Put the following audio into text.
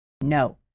no